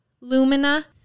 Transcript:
Lumina